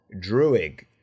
Druig